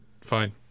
Fine